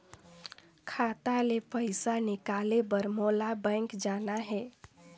खाता ले पइसा निकाले बर मोला बैंक जाना हे?